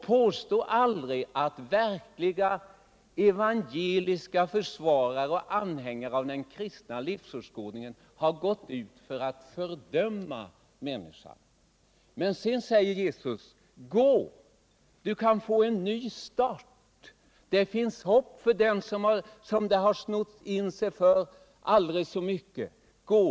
Påstå aldrig att evangeliets försvarare och anhängare av den kristna livsåskådningen har gått ut för att fördöma människan! Sedan säger Jesus: Gå, du kan få en ny start —det finns hopp även för den som det har snott in sig för aldrig så mycket.